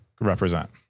represent